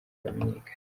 bamenyekane